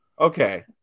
Okay